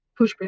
pushback